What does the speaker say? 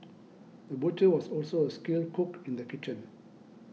the butcher was also a skilled cook in the kitchen